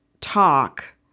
talk